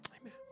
Amen